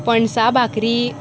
पणसा भाकरी